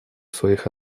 своих